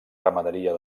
ramaderia